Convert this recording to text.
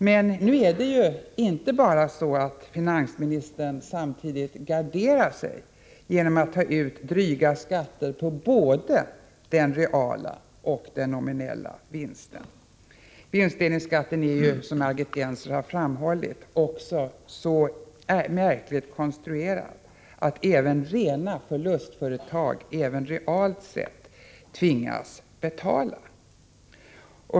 Men nu är det ju inte bara så, att finansministern samtidigt garderar sig genom att ta ut dryga skatter på både den reala och den nominella vinsten. Vinstdelningsskatten är dessutom, som Margit Gennser framhållit, så märkligt konstruerad att även rena förlustföretag också realt sett tvingas betala.